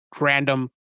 random